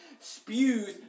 spews